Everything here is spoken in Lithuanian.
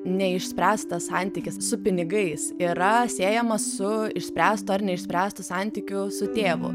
neišspręstas santykis su pinigais yra siejamas su išspręstu ar neišspręstu santykiu su tėvu